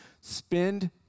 Spend